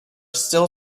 still